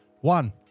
one